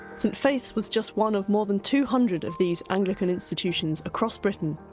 st faith's was just one of more than two hundred of these anglican institutions across britain,